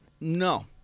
No